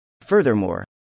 Furthermore